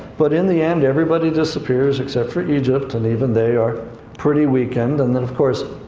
but in the end, everybody disappears, except for egypt, and even they are pretty weakened. and then, of course,